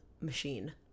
machine